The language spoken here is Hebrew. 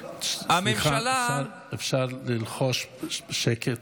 סליחה, אפשר לבקש שקט?